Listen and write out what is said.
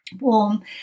warm